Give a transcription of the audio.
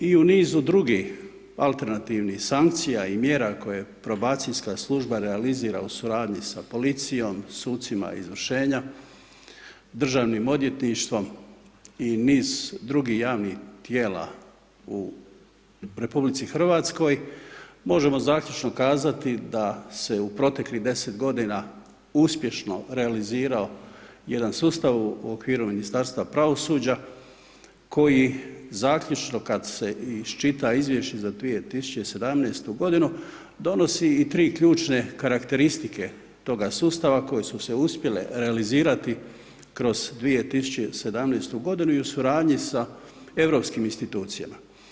I u nizu drugih alternativnih sankcija i mjera koje Probacijska služba realizira u suradnji sa policijom, sucima izvršenja, Državnim odvjetništvom i niz drugih javnih tijela u RH možemo zaključno kazati da se u proteklih 10 godina uspješno realizirao jedan sustav u okviru Ministarstva pravosuđa koji zaključno kad se isčita Izvješće za 2017.g. donosi i 3 ključne karakteristike toga sustava koje su se uspjele realizirati kroz 2017.g. i u suradnji sa europskim institucijama.